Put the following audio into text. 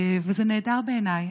וזה נהדר בעיניי.